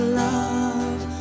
love